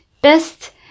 best